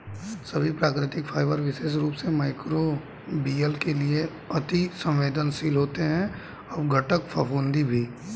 सभी प्राकृतिक फाइबर विशेष रूप से मइक्रोबियल के लिए अति सवेंदनशील होते हैं अपघटन, फफूंदी भी